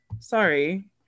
sorry